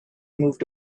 moved